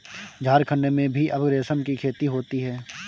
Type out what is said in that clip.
झारखण्ड में भी अब रेशम की खेती होती है